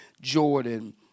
Jordan